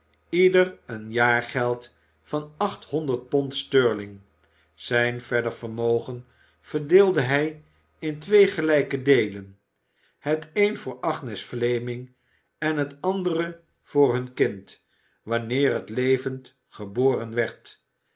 ieder een jaargeld van pond sterling zijn verder vermogen verdeelde hij in twee gelijke deelen het een voor agnes fleming en het andere voor hun kind wanneer het levend geboren werd